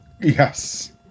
Yes